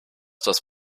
das